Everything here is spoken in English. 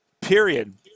Period